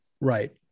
right